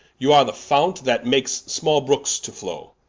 you are the fount, that makes small brookes to flow,